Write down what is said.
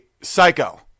psycho